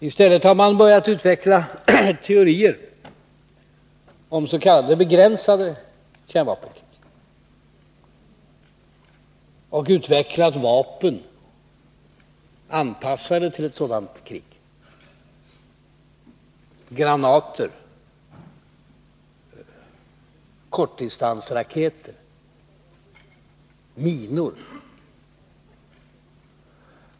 I stället har man börjat utveckla teorier om s.k. begränsade kärnvapenkrig och utvecklat vapen anpassade till ett sådant krig: granater, kortdistansraketer, minor.